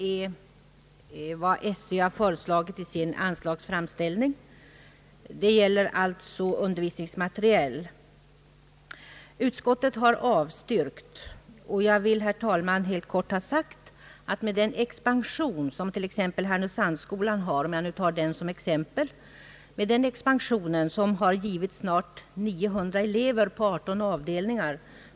Utskottet har yrkat avslag på motionerna. Jag vill, herr talman, helt kort säga att expansionen vid Härnösandsskolan — om jag nu tar den som exempel — medfört att antalet elever uppgår till 900 på 18 avdelningar.